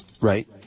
Right